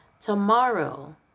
Tomorrow